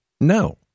No